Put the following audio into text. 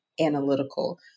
analytical